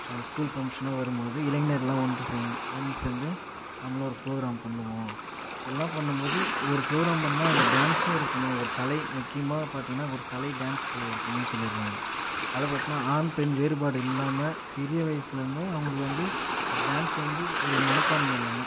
school ஃபங்க்ஷனோ வரும் போது இளைஞர்லாம் ஒன்று சேர் ஒன்று சேர்ந்து நம்மளும் ஒரு ப்ரோக்ராம் பண்ணுவோம் எல்லாம் பண்ணும் போது ஒரு ப்ரோக்ராம் பண்ணுன்னா அதில் டான்ஸும் இருக்கணும் ஒரு கலை முக்கியமாக பார்த்தீங்கனா ஒரு கலை டான்ஸ் கலை இருக்கணுன்னு சொல்லியிருக்காங்க அதில் பார்த்தோன்னா ஆண் பெண் வேறுபாடு இல்லாமல் சிறிய வயசிலேந்தே அவங்களுக்கு வந்து ஒரு டான்ஸ் வந்து ஒரு மனப்பான்மை இல்லாமல்